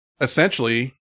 essentially